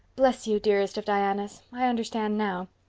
bless you, dearest of dianas, i understand now.